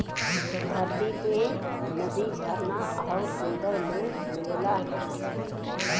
धरती पे नदी झरना आउर सुंदर में मिलला